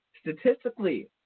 Statistically